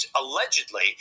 allegedly